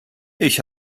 ich